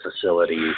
facility